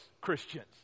Christians